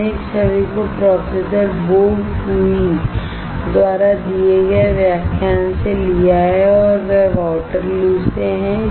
हमने इस छवि को प्रोफेसर बो कुई द्वारा दिए गए व्याख्यान से लिया है और वह वाटरलू से हैं